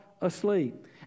asleep